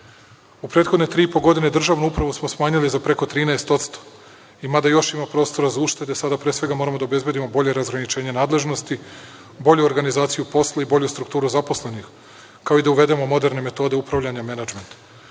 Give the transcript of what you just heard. prethodne tri i po godine državnu upravu smo smanjili za preko 13%, mada još imamo prostora za uštede, sada pre svega moramo da obezbedimo bolje razgraničenje nadležnosti, bolju organizaciju posla i bolju strukturu zaposlenih, kao i da uvedemo moderne metode upravljanja menadžmentom.